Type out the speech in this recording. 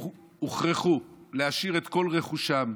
הוכרחו להשאיר את כל רכושם,